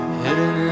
hidden